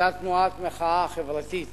אותה תנועת מחאה חברתית